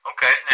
Okay